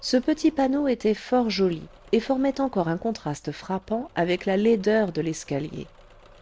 ce petit panneau était fort joli et formait encore un contraste frappant avec la laideur de l'escalier